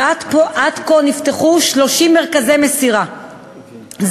ועד כה נפתחו 30 מרכזי מסירה,